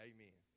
Amen